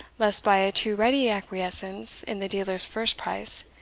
lest, by a too ready acquiescence in the dealer's first price,